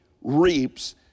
reaps